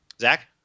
Zach